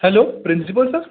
hello principal sir